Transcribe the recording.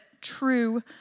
true